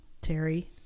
Terry